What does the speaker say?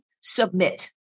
submit